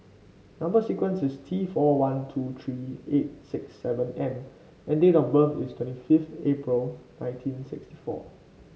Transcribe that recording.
number sequence is T four one two three eight six seven N and date of birth is twenty five April nineteen sixty four